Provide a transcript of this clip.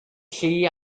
chwi